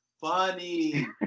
funny